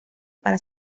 para